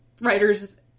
writers